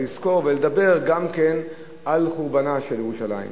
לזכור ולדבר גם על חורבנה של ירושלים.